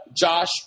Josh